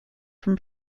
from